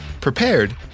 prepared